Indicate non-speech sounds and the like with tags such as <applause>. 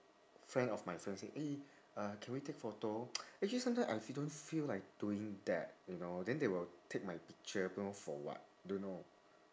friend of my friend say eh uh can we take photo <noise> actually sometime I fe~ I don't feel like doing that you know then they will take my picture don't know for what don't know